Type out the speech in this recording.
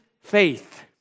faith